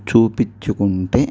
చూపించుకుంటే